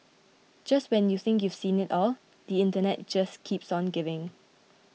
just when you think you've seen it all the Internet just keeps on giving